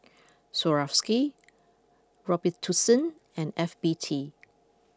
Swarovski Robitussin and F B T